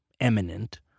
eminent